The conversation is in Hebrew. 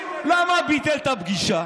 למה הוא ביטל את הפגישה?